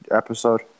episode